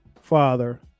father